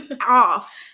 off